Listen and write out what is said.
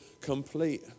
complete